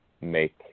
make